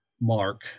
mark